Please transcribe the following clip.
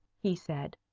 he said,